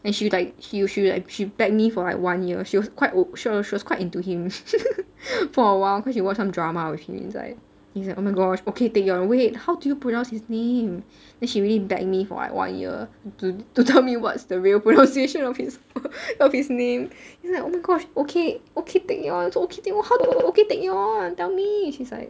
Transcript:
then she like he or she she will she begged me for one year she was quite sure she was quite into him for awhile cause she watch some drama with him inside she's like oh my gosh ok taecyeon wait how do you pronounce his name then she really beg me for like one year to to tell me what's the real pronunciation of his of his name she's like oh my gosh okay ok taecyeon it's ok taecyeon how to pronounce ok taecyeon tell me